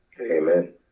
Amen